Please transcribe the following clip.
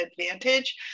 advantage